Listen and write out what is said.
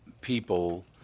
people